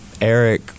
Eric